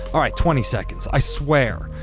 all right, twenty seconds, i swear.